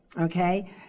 okay